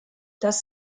das